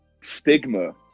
stigma